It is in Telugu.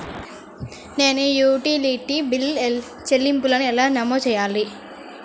నేను యుటిలిటీ బిల్లు చెల్లింపులను ఎలా నమోదు చేయాలి?